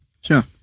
Sure